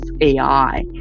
AI